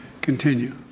continue